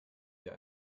wir